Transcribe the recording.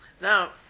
Now